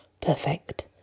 Perfect